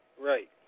Right